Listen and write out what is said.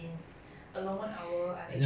it's the first time I actually talk this much